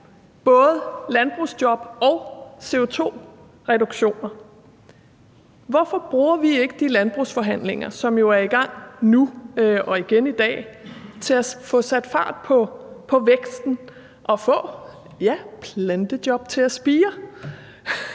både landbrugsjob og CO2-reduktioner. Hvorfor bruger vi ikke de landbrugsforhandlinger, som jo er i gang nu og igen i dag, til at få sat fart på væksten og få, ja, plantejob til at spire?